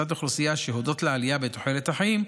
קבוצת אוכלוסייה שהודות לעלייה בתוחלת החיים,